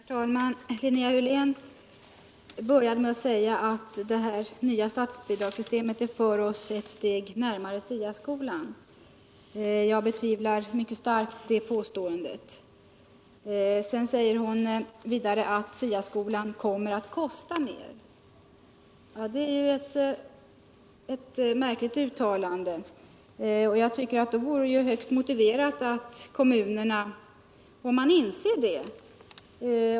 Herr talman! Linnea Hörleén började med att säga att det nya statsbidragssystemet för oss ett steg närmare SIA-skolan. Jag betvivlar mycket starkt riktigheten av det påståendet. Hon säger vidare att SIA-skolan kommer att kosta mer, och det är ett märkligt uttalande.